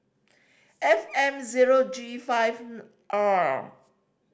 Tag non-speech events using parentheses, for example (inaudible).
F M zero G five (unintelligible) R